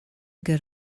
good